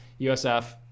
USF